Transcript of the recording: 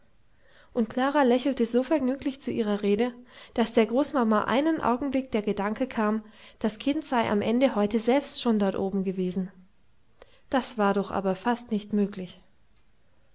und klara lächelte so vergnüglich zu ihrer rede daß der großmama einen augenblick der gedanke kam das kind sei am ende heute selbst schon dort oben gewesen das war doch aber fast nicht möglich